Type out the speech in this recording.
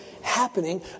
happening